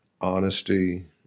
honesty